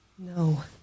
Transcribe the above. No